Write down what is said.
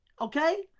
Okay